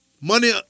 Money